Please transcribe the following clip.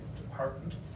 department